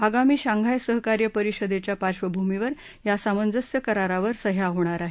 आगामी शांघाय सहकार्य परिषदेच्या पार्क्षभूमीवर या सामंजस्य करारावर सह्या होणार आहेत